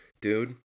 dude